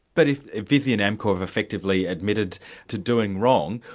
but if visy and amcor have effectively admitted to doing wrong,